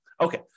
Okay